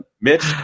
Mitch